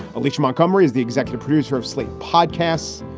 alicia montgomery is the executive producer of slate podcasts.